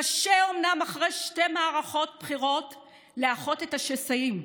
קשה אומנם אחרי שתי מערכות בחירות לאחות את השסעים,